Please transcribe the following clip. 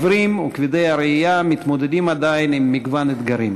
העיוורים וכבדי הראייה מתמודדים עדיין עם מגוון אתגרים,